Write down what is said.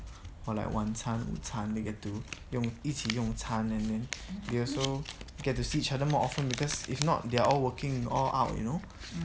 for like 晚餐午餐 they get to 用一起用餐 and then they also get to see each other more often because if not they are all working and all out you know